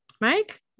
Mike